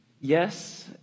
yes